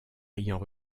ayant